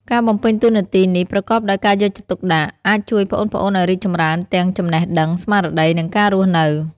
ការបំពេញតួនាទីនេះប្រកបដោយការយកចិត្តទុកដាក់ អាចជួយប្អូនៗឲ្យរីកចម្រើនទាំងចំណេះដឹង ស្មារតី និងការរស់នៅ។